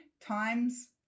times